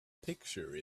picture